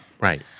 Right